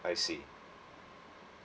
I see